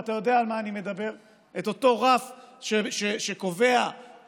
ואתה יודע על מה אני מדבר: את אותו רף שמי שקובע מהו